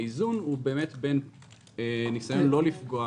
האיזון הוא בין ניסיון לא לפגוע